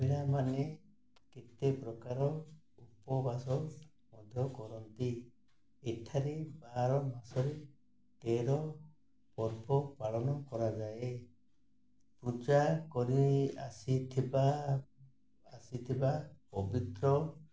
ମହିିଳାମାନେ କେତେ ପ୍ରକାର ଉପବାସ ମଧ୍ୟ କରନ୍ତି ଏଠାରେ ବାର ମାସରେ ତେର ପର୍ବ ପାଳନ କରାଯାଏ ପୂଜା କରି ଆସିଥିବା ଆସିଥିବା ପବିତ୍ର